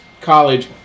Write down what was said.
college